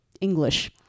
English